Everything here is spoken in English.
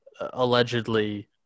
allegedly